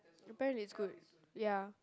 my parent is good ya